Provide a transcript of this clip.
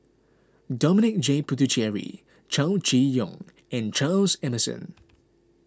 Dominic J Puthucheary Chow Chee Yong and Charles Emmerson